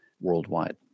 worldwide